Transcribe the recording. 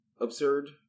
absurd